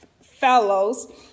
fellows